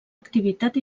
activitat